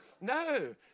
No